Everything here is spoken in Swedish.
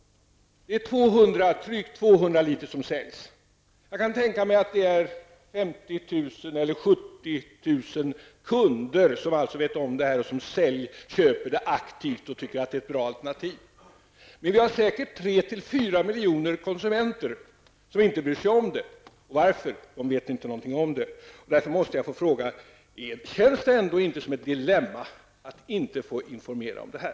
Drygt 200 liter säljs. Jag skulle tro att mellan 50 000 och 70 000 kunder känner till dessa alternativ, köper dem aktivt och tycker att de utgör ett bra alternativ. Det finns säkert 3--4 miljoner konsumenter som inte bryr sig om dessa alternativ. Varför? Jo, de vet inget om dem. Känns det ändå inte som ett dilemma att inte få informera om det här?